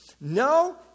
No